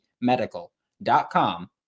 Medical.com